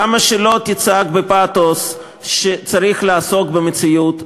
כמה שלא תצעק בפתוס שצריך לעסוק במציאות,